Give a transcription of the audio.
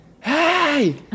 hey